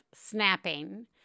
snapping